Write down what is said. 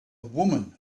woman